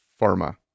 Pharma